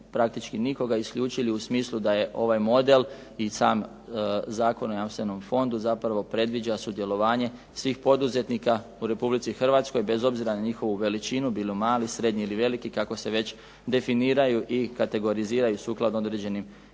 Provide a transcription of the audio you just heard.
praktički nikoga isključili u smislu da je ovaj model i sam Zakon o jamstvenom fondu zapravo predviđa sudjelovanje svih poduzetnika u Republici Hrvatskoj, bez obzira na njihovu veličinu, bilo mali, srednji ili veliki kako se veće definiraju i kategoriziraju sukladno određenim